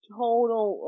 total